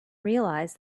realize